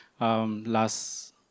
Last